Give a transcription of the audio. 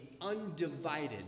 undivided